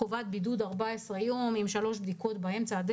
יש עלייך חובת בידוד של 14 יום עם שלוש בדיקות באמצע,